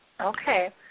Okay